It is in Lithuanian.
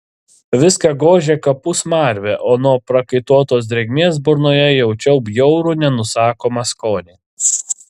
viską gožė kapų smarvė o nuo prakaituotos drėgmės burnoje jaučiau bjaurų nenusakomą skonį